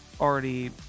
already